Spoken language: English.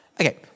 Okay